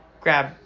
grab